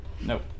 Nope